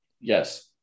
Yes